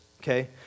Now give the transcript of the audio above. okay